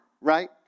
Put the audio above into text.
right